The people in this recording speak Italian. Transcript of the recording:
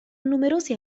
numerose